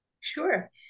Sure